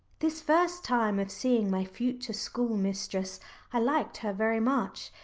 this first time of seeing my future school-mistress i liked her very much.